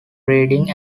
reading